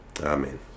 Amen